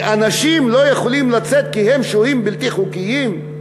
שאנשים לא יכולים לצאת כי הם שוהים בלתי חוקיים?